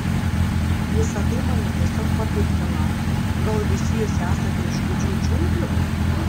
visa tai mane tiesiog papiktino gal visi jūs esate iš gūdžių džiunglių